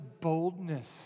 boldness